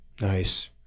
Nice